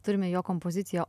turime jo kompoziciją